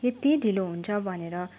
यति ढिलो हुन्छ भनेर